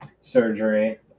surgery